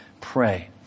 Pray